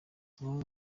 umuhungu